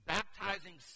Baptizing